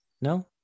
No